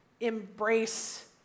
embrace